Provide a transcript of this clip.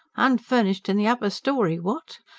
unfurnished in the upper storey, what?